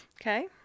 Okay